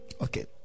Okay